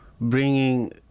bringing